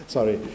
Sorry